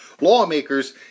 lawmakers